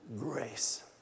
grace